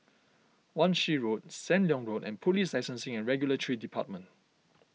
Wan Shih Road Sam Leong Road and Police Licensing and Regulatory Department